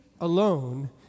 alone